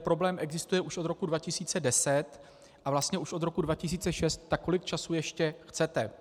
Problém existuje už od roku 2010 a vlastně už od roku 2006, tak kolik času ještě chcete.